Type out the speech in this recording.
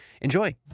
Enjoy